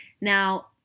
Now